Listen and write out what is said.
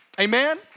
Amen